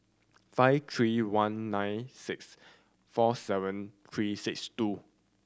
five three one nine six four seven three six two